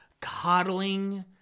coddling